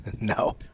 No